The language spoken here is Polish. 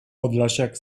podlasiak